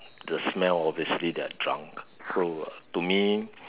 but the smell obviously they are drunk so to me